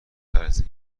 بطرز